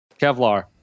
Kevlar